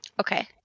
Okay